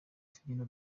tugenda